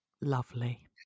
lovely